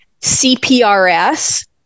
CPRS